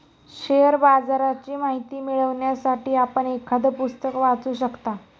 share बाजाराची माहिती मिळवण्यासाठी आपण एखादं पुस्तक वाचू शकता